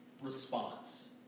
response